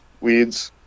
weeds